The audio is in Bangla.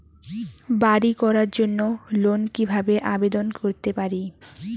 বাড়ি করার জন্য লোন কিভাবে আবেদন করতে পারি?